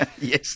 yes